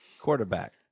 Quarterback